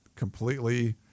completely